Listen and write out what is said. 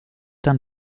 dann